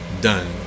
Done